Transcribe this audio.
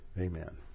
Amen